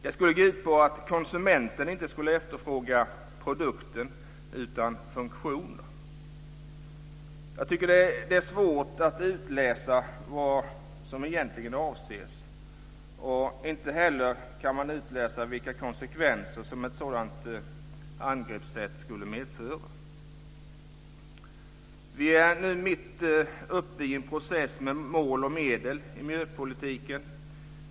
Det skulle gå ut på att konsumenten inte skulle efterfråga produkter utan funktioner. Jag tycker att det är svårt att utläsa vad som egentligen avses. Inte heller kan man utläsa vilka konsekvenser ett sådant angreppssätt skulle medföra. Vi är nu mitt upp i en process med mål och medel i miljöpolitiken.